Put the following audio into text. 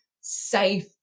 safe